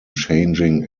changing